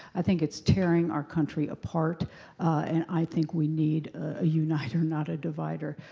i think it's tearing our country apart and i think we need a uniter, not a divider.